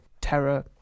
terror